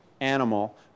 animal